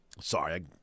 Sorry